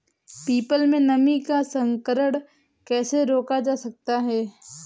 People में नीम का संकरण कैसे रोका जा सकता है?